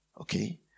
okay